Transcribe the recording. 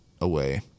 away